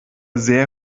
sehr